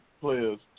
players